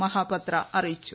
മഹാപത്ര അറിയിച്ചു